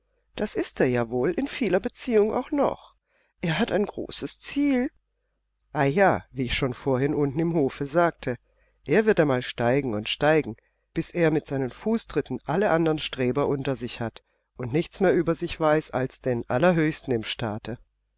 das ist er ja wohl in vieler beziehung auch noch er hat ein großes ziel ei ja wie ich schon vorhin unten im hofe sagte er wird einmal steigen und steigen bis er mit seinen fußtritten alle anderen streber unter sich hat und nichts mehr über sich weiß als den allerhöchsten im staate